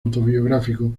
autobiográfico